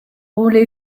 only